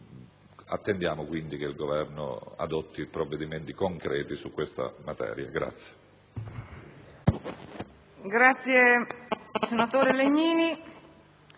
Attendiamo quindi che il Governo adotti provvedimenti concreti su questa materia.